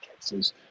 cases